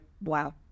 wow